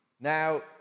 Now